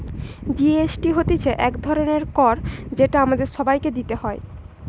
GST হতিছে এক ধরণের কর যেটা আমাদের সবাইকে দিতে হয়